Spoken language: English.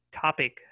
Topic